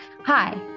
Hi